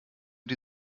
die